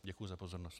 Děkuji za pozornost.